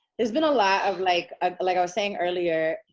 there's been a lot of like ah like i was saying earlier,